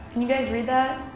guys read that?